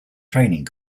training